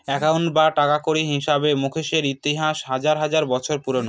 accounting বা টাকাকড়ির হিসাবে মুকেশের ইতিহাস হাজার হাজার বছর পুরোনো